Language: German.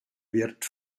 wird